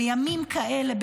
בימים כאלה,